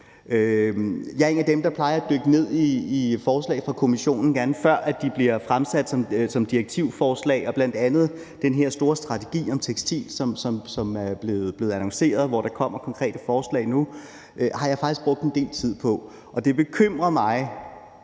Jeg er en af dem, der plejer at dykke ned i forslag fra Kommissionen – gerne før, de bliver fremsat som direktivforslag – og bl.a. den her store strategi om tekstil, som er blevet annonceret, hvor der kommer konkrete forslag nu, har jeg faktisk brugt en del tid på. Og det bekymrer mig,